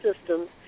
systems